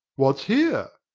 what's here?